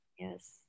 Yes